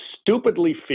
stupidly